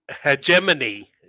hegemony